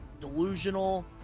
delusional